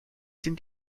sind